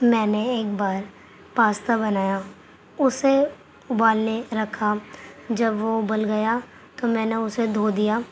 میں نے ایک بار پاستا بنایا اُسے اُبالنے رکھا جب وہ اُبل گیا تو میں نے اُسے دھو دیا